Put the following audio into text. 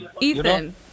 ethan